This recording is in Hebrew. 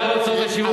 סל הוצאות השיווק,